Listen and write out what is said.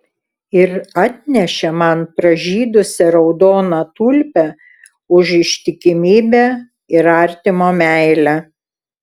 ir atnešė man pražydusią raudoną tulpę už ištikimybę ir artimo meilę